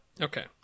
Okay